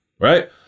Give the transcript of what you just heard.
right